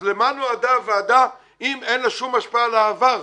אז למה נועדה הוועדה אם אין לה שום השפעה על העבר?